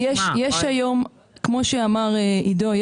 כמו שאמר עידו,